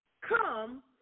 come